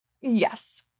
Yes